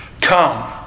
come